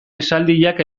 esaldiak